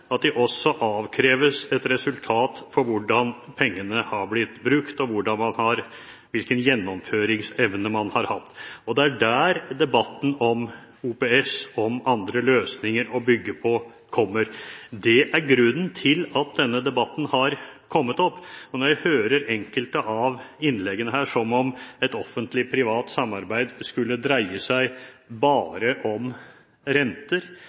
Det betyr også at de avkreves et resultat med hensyn til hvordan pengene har blitt brukt, og hvilken gjennomføringsevne man har hatt. Det er der debatten om OPS – om andre løsninger å bygge på – kommer fra. Det er grunnen til at denne debatten har kommet opp. Jeg hører at man i enkelte innlegg omtaler offentlig–privat samarbeid som om det bare skulle dreie seg om renter,